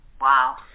Wow